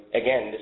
again